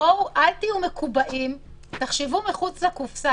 אל תהיו מקובעים, תחשבו מחוץ לקופסה.